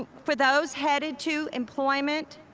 for those headed to employment,